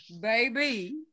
baby